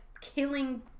killing